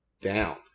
down